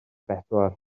bedwar